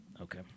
okay